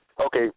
okay